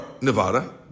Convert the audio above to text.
Nevada